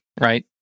right